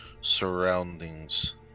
surroundings